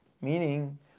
Meaning